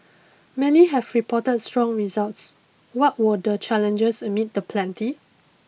many have reported strong results what were the challenges amid the plenty